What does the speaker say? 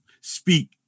speak